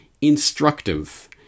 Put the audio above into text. instructive